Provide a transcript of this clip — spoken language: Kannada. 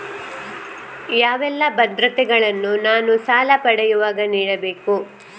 ಯಾವೆಲ್ಲ ಭದ್ರತೆಗಳನ್ನು ನಾನು ಸಾಲ ಪಡೆಯುವಾಗ ನೀಡಬೇಕು?